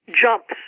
jumps